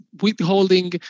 withholding